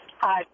Hi